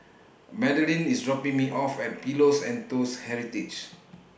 Madalynn IS dropping Me off At Pillows and Toast Heritage